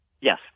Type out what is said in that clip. Yes